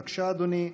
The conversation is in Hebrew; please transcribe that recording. בבקשה, אדוני.